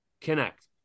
connect